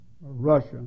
Russia